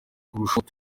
kurushaho